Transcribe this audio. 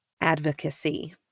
Advocacy